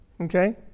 okay